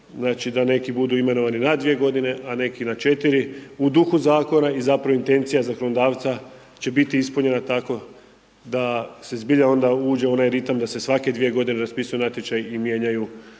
znači da neki budu imenovani na 2 godine, a neki na 4, u dugu zakona i zapravo intencija zakonodavca će biti ispunjena tako da se zbilja onda uđe u onaj ritam, da se svake 2 godine raspisuju natječaji i mijenjaju